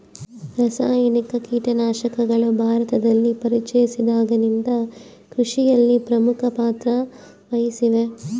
ರಾಸಾಯನಿಕ ಕೇಟನಾಶಕಗಳು ಭಾರತದಲ್ಲಿ ಪರಿಚಯಿಸಿದಾಗಿನಿಂದ ಕೃಷಿಯಲ್ಲಿ ಪ್ರಮುಖ ಪಾತ್ರ ವಹಿಸಿವೆ